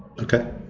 Okay